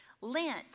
Lent